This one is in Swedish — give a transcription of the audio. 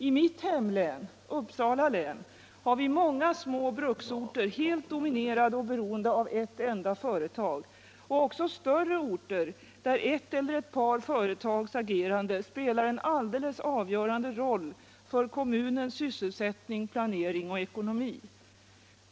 I mitt hemlän — Uppsala län — har vi många små bruksorter helt dominerade och beroende av ett enda företag och också större orter där ett eller ett par företags agerande spelar en alldeles avgörande roll för kommunens sysselsättning, planering och ekonomi.